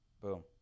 Boom